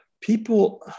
people